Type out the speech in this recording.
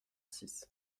six